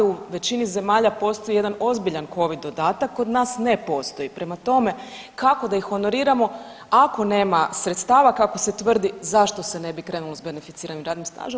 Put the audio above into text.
U većini zemalja postoji jedan ozbiljan Covid dodatak, kod nas ne postoji, prema tome, kako da ih honoriramo ako nema sredstava, kako se tvrdi, zašto se ne bi krenulo s beneficiranim radnim stažom?